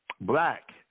black